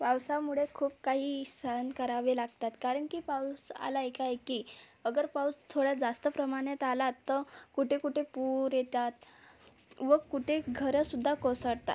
पावसामुळे खूप काही सहन करावे लागतात कारण की पाऊस आला एकाएकी अगर पाऊस थोडा जास्त प्रमाण्यात आला तर कुठे कुठे पूर येतात व कुठे घरं सुद्धा कोसळतात